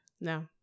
No